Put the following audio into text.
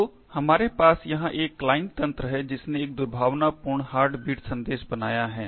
तो हमारे पास यहां पर एक क्लाइंट तंत्र है जिसने एक दुर्भावनापूर्ण हार्टबीट संदेश बनाया है